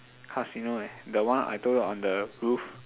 casino eh the one I told you on the roof